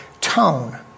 tone